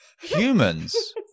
humans